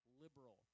liberal